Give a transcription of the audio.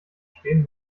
stehen